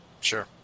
Sure